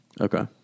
Okay